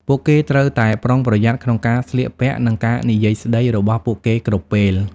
ពួកគេត្រូវតែប្រុងប្រយ័ត្នក្នុងការស្លៀកពាក់ និងការនិយាយស្តីរបស់ពួកគេគ្រប់ពេល។